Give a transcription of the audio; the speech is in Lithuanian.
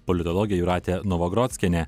politologė jūratė novagrockienė